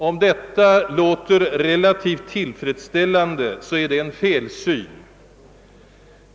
Om detta skulle förefalla någon relativt tillfredsställande är det nog en felsyn.